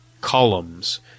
columns